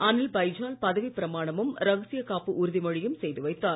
அனில் பைஜால் பதவி பிரமாணமும் ரகசிய காப்பு உறுதிமொழியும் செய்து வைத்தார்